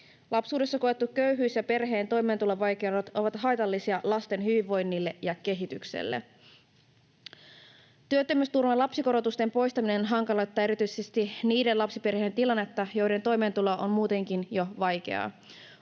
Lapsuudessa koettu köyhyys ja perheen toimeentulovaikeudet ovat haitallisia lasten hyvinvoinnille ja kehitykselle. Työttömyysturvan lapsikorotusten poistaminen hankaloittaa erityisesti niiden lapsiperheiden tilannetta, joiden toimeentulo on muutenkin jo vaikeaa.